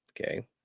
Okay